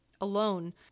alone